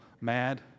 mad